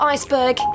Iceberg